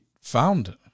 found